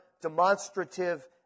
demonstrative